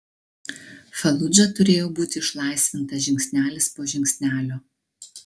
faludža turėjo būti išlaisvinta žingsnelis po žingsnelio